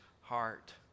heart